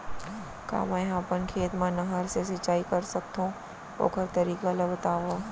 का मै ह अपन खेत मा नहर से सिंचाई कर सकथो, ओखर तरीका ला बतावव?